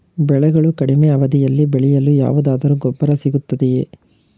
ಬೆಳೆಗಳು ಕಡಿಮೆ ಅವಧಿಯಲ್ಲಿ ಬೆಳೆಯಲು ಯಾವುದಾದರು ಗೊಬ್ಬರ ಸಿಗುತ್ತದೆಯೇ?